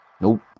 Nope